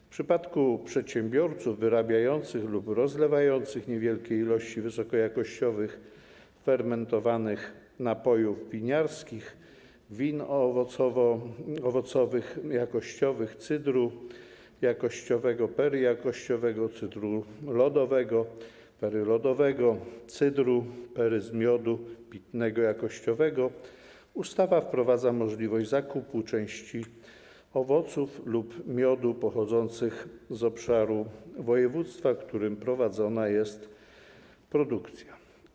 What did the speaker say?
W przypadku przedsiębiorców wyrabiających lub rozlewających niewielkie ilości wysokojakościowych fermentowanych napojów winiarskich: win owocowych, jakościowych cydrów, jakościowego perry, jakościowego cydru lodowego, perry lodowego, cydru, perry, miodu pitnego jakościowego w ustawie wprowadza się możliwość zakupu części owoców lub miodu pochodzących z obszaru województwa, w którym prowadzona jest produkcja.